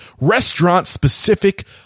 restaurant-specific